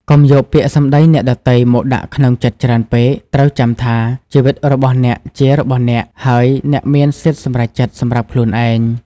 កុំយកពាក្យសម្តីអ្នកដទៃមកដាក់ក្នុងចិត្តច្រើនពេក ត្រូវចាំថា ជីវិតរបស់អ្នកជារបស់អ្នក ហើយអ្នកមានសិទ្ធិសម្រេចចិត្តសម្រាប់ខ្លួនឯង ។